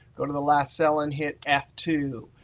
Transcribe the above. go to the last cell and hit f two.